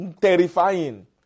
terrifying